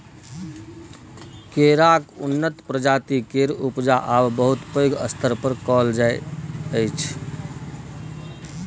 केराक उन्नत प्रजाति केर उपजा आब बहुत पैघ स्तर पर कएल जाइ छै